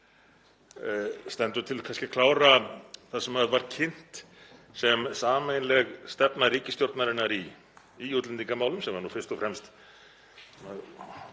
Stendur til kannski að klára það sem var kynnt sem sameiginleg stefna ríkisstjórnarinnar í útlendingamálum, sem var nú fyrst og fremst